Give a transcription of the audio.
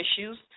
issues